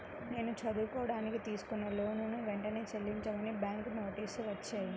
నేను చదువుకోడానికి తీసుకున్న లోనుని వెంటనే చెల్లించమని బ్యాంకు నోటీసులు వచ్చినియ్యి